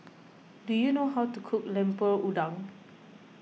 do you know how to cook Lemper Udang